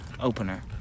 opener